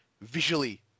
visually